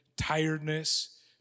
tiredness